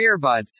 earbuds